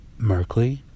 Merkley